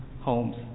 homes